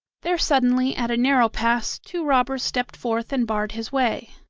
there suddenly, at a narrow pass, two robbers stepped forth and barred his way.